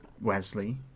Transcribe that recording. Wesley